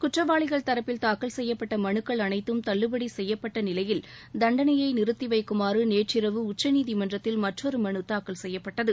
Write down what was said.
குற்றவாளிகள் தரப்பில் தூக்கல் செய்யப்பட்ட மனுக்கள் அனைத்தும் தள்ளுபடி செய்யப்பட்ட நிலையில் தண்டனையை நிறத்திவைக்குமாறு நேற்றிரவு உச்சநீதிமன்றத்தில் மற்றொரு மனு தாக்கல் செய்யப்பட்டது